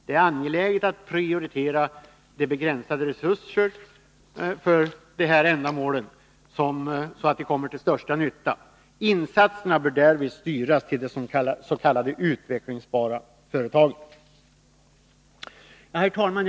Det är angeläget att prioritera de begränsade resurserna för detta ändamål, så att de kommer till största nytta. Insatserna bör därvid styras till de s.k. utvecklingsbara företagen. Herr talman!